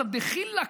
דחילק,